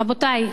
רבותי,